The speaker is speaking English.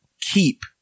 keep